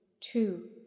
two